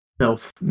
self